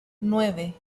nueve